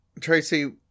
Tracy